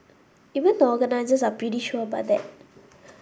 even the organisers are pretty sure about that